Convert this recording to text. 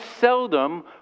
seldom